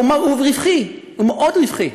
זה רווחי, זה מאוד רווחי: